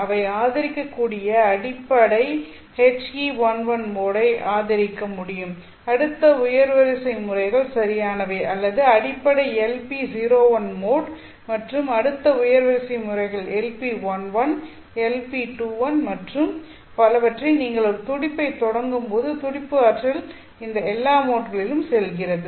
அவை ஆதரிக்கக்கூடிய அடிப்படை HE11 மோடை ஆதரிக்க முடியும் அடுத்த உயர் வரிசை முறைகள் சரியானவை அல்லது அடிப்படை LP01 மோட் மற்றும் அடுத்த உயர் வரிசை முறைகள் LP11 LP21 மற்றும் பலவற்றை நீங்கள் ஒரு துடிப்பைத் தொடங்கும்போது துடிப்பு ஆற்றல் இந்த எல்லா மோட்களிலும் செல்கிறது